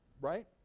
right